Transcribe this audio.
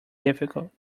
difficult